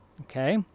Okay